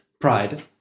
Pride